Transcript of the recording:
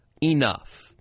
enough